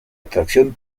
atracción